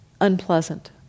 unpleasant